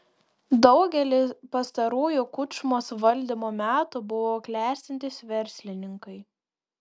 daugelis pastarųjų kučmos valdymo metu buvo klestintys verslininkai